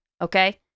okay